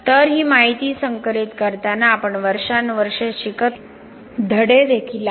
तर ही माहिती संकलित करताना आपण वर्षानुवर्षे शिकत असलेले धडे देखील आहेत